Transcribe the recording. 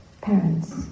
parents